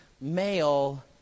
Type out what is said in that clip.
male